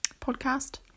podcast